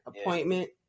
appointment